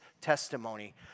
testimony